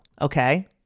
Okay